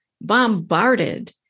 bombarded